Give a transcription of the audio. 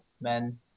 men